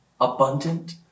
abundant